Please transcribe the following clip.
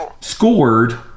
scored